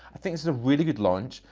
i think this is a really good launch.